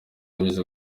unyuze